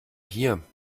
hier